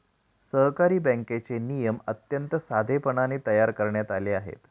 सहकारी बँकेचे नियम अत्यंत साधेपणाने तयार करण्यात आले आहेत